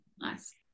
nice